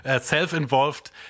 self-involved